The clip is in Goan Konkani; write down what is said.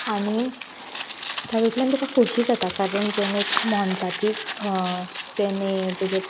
आनी तातुंतल्यान तुका खोशी जाता कारण तुयेन एक मोनजातीक तेणे तेजे